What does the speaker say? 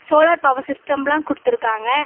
solar power சிஸ்டம்லாம் கொடுத்துருக்காங்க